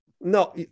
no